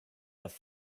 have